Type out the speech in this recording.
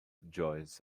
joins